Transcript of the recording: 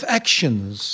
actions